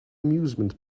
amusement